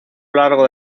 largo